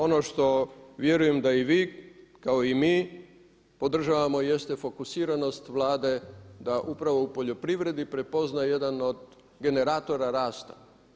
Ono što vjerujem da i vi kao i mi podržavamo jeste fokusiranost Vlade da upravo u poljoprivredi prepozna jedan od generatora rasta.